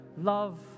love